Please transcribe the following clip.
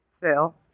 Phil